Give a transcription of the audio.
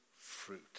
fruit